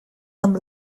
amb